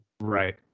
Right